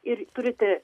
ir turite